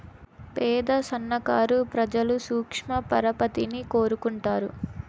పేద సన్నకారు ప్రజలు సూక్ష్మ పరపతిని కోరుకుంటారు